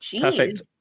perfect